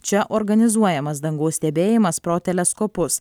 čia organizuojamas dangaus stebėjimas pro teleskopus